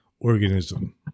organism